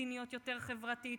חבר הכנסת אקוניס,